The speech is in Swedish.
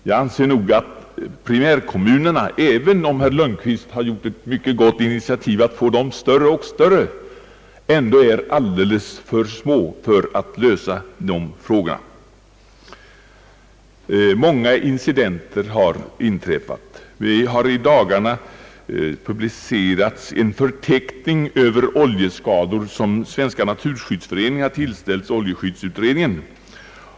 Jag anser nog att primärkommunerna, även om herr Lundkvist tagit ett mycket gott initiativ för att få dem allt större, ändå är för små för att kunna lösa dessa frågor. Många incidenter har inträffat. Det har i dagarna publicerats en förteckning Över oljeskador, vilken Svenska naturskyddsföreningen = tillställt oljeskyddsunionen.